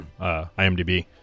IMDb